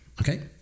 Okay